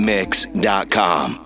Mix.com